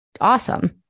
awesome